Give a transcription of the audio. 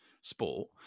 sport